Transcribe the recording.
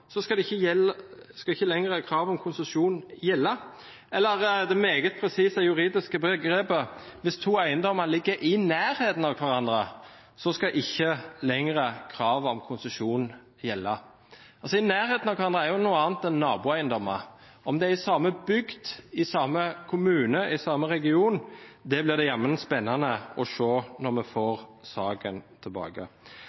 skal ikke lenger krav om konsesjon gjelde, eller hvis to eiendommer ligger «i nærheten av» hverandre – et meget presist juridisk begrep – skal ikke lenger kravet om konsesjon gjelde. «I nærheten av» hverandre er jo noe annet enn naboeiendommer. Om det er i samme bygd, i samme kommune, i samme region – det blir det jammen spennende å se når vi får